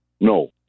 No